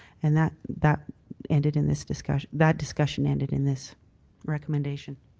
and that that ended in this discussion that discussion ended in this recommendation.